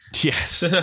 Yes